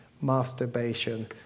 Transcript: masturbation